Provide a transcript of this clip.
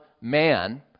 man